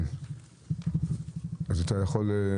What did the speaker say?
יש תשתית